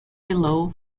below